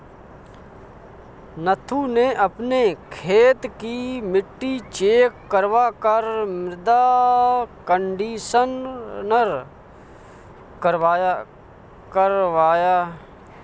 नथु ने अपने खेत की मिट्टी चेक करवा कर मृदा कंडीशनर करवाया